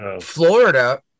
Florida